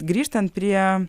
grįžtant prie